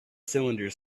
cylinder